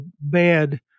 bad